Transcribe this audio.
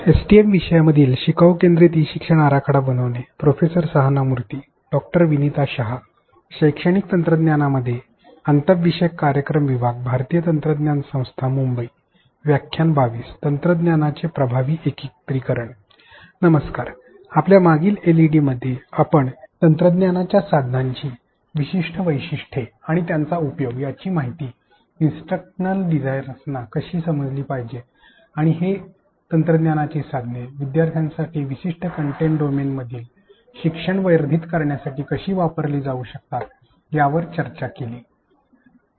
नमस्कार आपल्या मागील एलईडीमध्ये आपण तंत्रज्ञानाच्या साधनाची विशिष्ट वैशिष्ट्ये आणि त्यांचा उपयोग यांची माहिती इन्सट्रक्शनल डिझाईनर्सना कशी समजली पाहिजे आणि हि तंत्रज्ञानाची साधने विद्यार्थ्यांसाठी विशिष्ट कंटेंट डोमेनमधील शिक्षण वर्धित करण्यासाठी कशी वापरली जाऊ शकतात यावर चर्चा केली